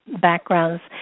backgrounds